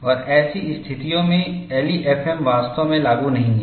और ऐसी स्थितियों में एलईएफएम वास्तव में लागू नहीं है